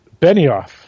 Benioff